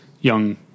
young